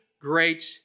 great